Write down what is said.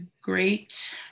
great